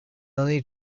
only